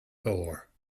four